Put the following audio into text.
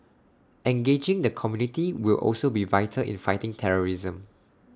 engaging the community will also be vital in fighting terrorism